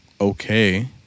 okay